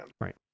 Right